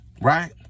Right